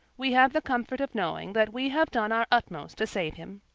we have the comfort of knowing that we have done our utmost to save him.